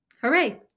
Hooray